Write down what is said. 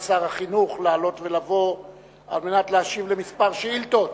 את שר החינוך לעלות ולבוא על מנת להשיב על כמה שאילתות